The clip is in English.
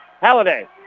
Halliday